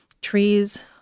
trees